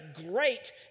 great